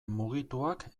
mugituak